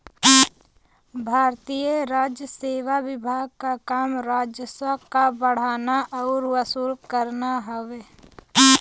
भारतीय राजसेवा विभाग क काम राजस्व क बढ़ाना आउर वसूल करना हउवे